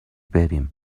بریم